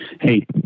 Hey